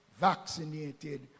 vaccinated